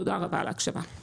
תודה רבה על ההקשבה.